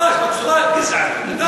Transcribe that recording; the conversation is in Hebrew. ממש בצורה גזענית,